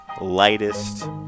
lightest